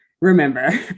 remember